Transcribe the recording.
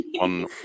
on